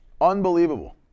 Unbelievable